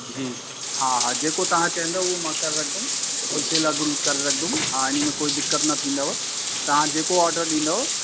जी हा हा जेको तव्हां चवंदव उहो मां करे रखंदुमि होलसेल अघु करे रखंदुमि हा हिन में कोई दिक़त न थींदव तव्हां जेको ऑडर ॾींदव